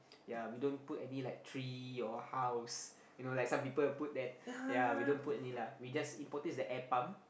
ya we don't put any like tree or house you know like some people put that ya we don't put any lah we just important is the air pump